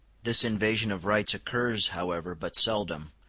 this invasion of rights occurs, however, but seldom,